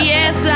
Yes